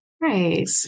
Right